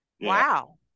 wow